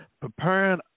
preparing